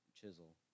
chisel